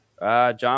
John